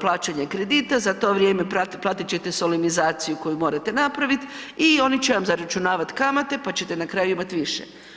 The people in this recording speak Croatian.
plaćanje kredita za to vrijeme platit ćete solemnizaciju koju morate napraviti i oni će vam zaračunavati kamate pa ćete na kraju imati više.